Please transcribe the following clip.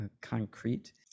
concrete